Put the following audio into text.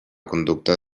conducta